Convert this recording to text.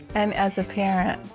and as a parent,